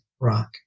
rock